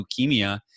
leukemia